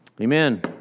Amen